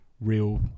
real